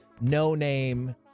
no-name